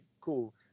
cool